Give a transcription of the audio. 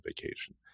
vacation